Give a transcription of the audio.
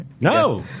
No